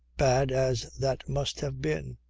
bad as that must have been.